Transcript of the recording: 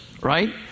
right